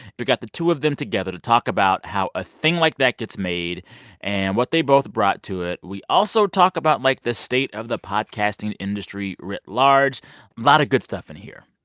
we've got the two of them together to talk about how a thing like that gets made and what they both brought to it. we also talk about, like, the state of the podcasting industry writ large a lot of good stuff in here.